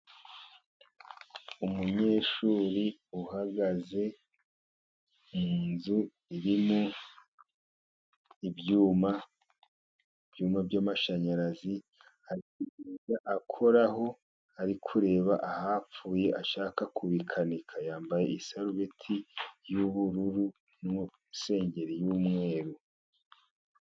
Umunyeshuri uhagaze mu nzu irimo ibyuma, ibyuma by'amashanyarazi, ari kujya akoraho ari kureba ahapfuye, ashaka kubikanika, yambaye isarubeti y'ubururu n'isengeri y'umweru.